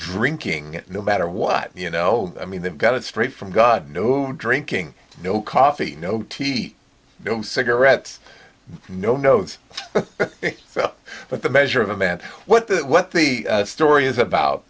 drinking no matter what you know i mean they've got it straight from god no drinking no coffee no tea no cigarettes no notes but the measure of a man what the what the story is about